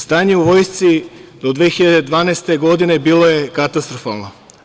Stanje u vojsci do 2012. godine bilo je katastrofalno.